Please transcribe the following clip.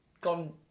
gone